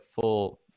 full